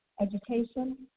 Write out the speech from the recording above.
education